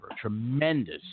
Tremendous